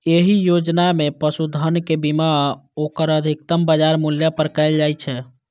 एहि योजना मे पशुधनक बीमा ओकर अधिकतम बाजार मूल्य पर कैल जाइ छै